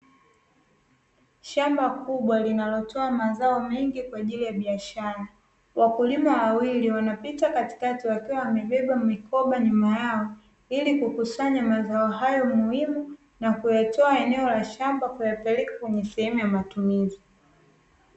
Shamba kubwa linalotoa mazao mengi kwa ajili ya biashara. Wakulima wawili wanapita katikati wakiwa wamebeba mikoba nyuma yao, ili kukusanya mazao hayo muhimu na kuyatoa eneo la shamba na kuyapeleka kwenye sehemu ya matumizi.